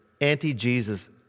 anti-Jesus